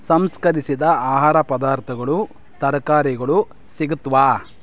ಸಂಸ್ಕರಿಸಿದ ಆಹಾರ ಪದಾರ್ಥಗಳು ತರಕಾರಿಗಳು ಸಿಗುತ್ತವಾ